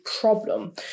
Problem